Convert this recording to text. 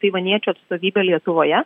taivaniečių atstovybę lietuvoje